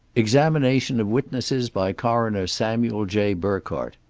examination of witnesses by coroner samuel j. burkhardt.